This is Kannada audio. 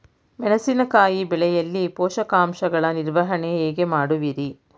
ಮೆಣಸಿನಕಾಯಿ ಬೆಳೆಯಲ್ಲಿ ಪೋಷಕಾಂಶಗಳ ನಿರ್ವಹಣೆ ಹೇಗೆ ಮಾಡುವಿರಿ?